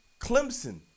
Clemson